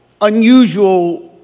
unusual